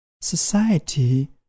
Society